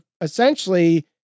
essentially